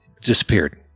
disappeared